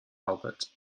albert